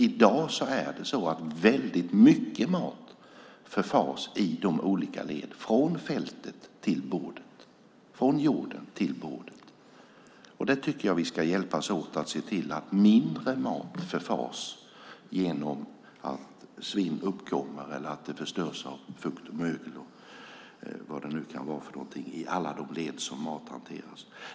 I dag förfars väldigt mycket mat i de olika leden, från fältet till bordet, från jorden till bordet. Jag tycker att vi ska hjälpas åt att se till att mindre mat förfars genom att svinn uppkommer eller att den förstörs av fukt och mögel och vad det nu kan vara i alla de led som mat hanteras.